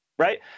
right